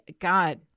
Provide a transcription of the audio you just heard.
God